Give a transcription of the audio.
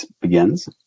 begins